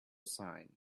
sign